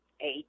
eight